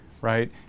right